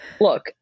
look